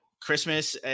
Christmas